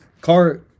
Car